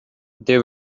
they